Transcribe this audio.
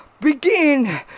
begin